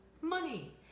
money